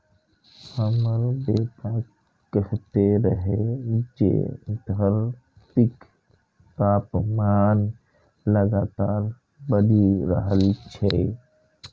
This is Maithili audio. हमर बेटा कहैत रहै जे धरतीक तापमान लगातार बढ़ि रहल छै